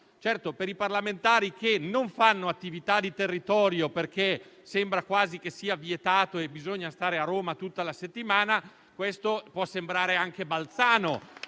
per i parlamentari che non fanno attività di territorio, perché sembra quasi sia vietato e sia necessario stare a Roma tutta la settimana, questo può sembrare anche balzano.